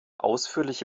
ausführliche